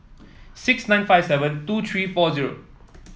six nine five seven two three four zero